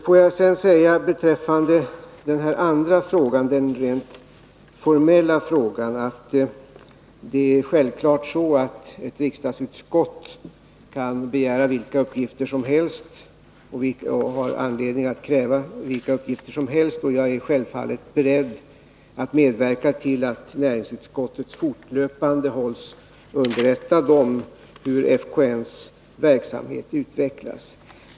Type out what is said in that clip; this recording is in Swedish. Får jag sedan säga beträffande den andra frågan, den rent formella frågan, att det självfallet är så att ett riksdagsutskott kan begära vilka uppgifter som helst och kan ha anledning att kräva att få vilka uppgifter som helst. Jag är självfallet beredd medverka till att näringsutskottet fortlöpande hålls underrättat om hur FKN:s verksamhet utvecklas.